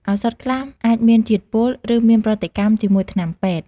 ឱសថខ្លះអាចមានជាតិពុល ឬមានប្រតិកម្មជាមួយថ្នាំពេទ្យ។